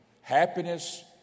Happiness